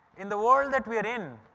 in the world that we are in,